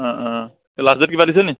অঁ অঁ last date কিবা দিছেনি